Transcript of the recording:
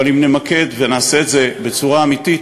אבל אם נמקד ונעשה את זה בצורה אמיתית,